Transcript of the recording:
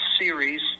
series